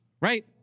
right